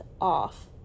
off